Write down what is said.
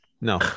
No